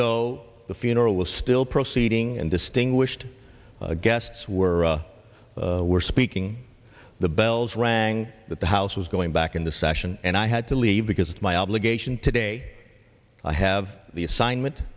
though the funeral was still proceeding and distinguished guests were were speaking the bells rang that the house was going back into session and i had to leave because it's my obligation today i have the assignment